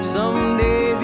Someday